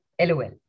LOL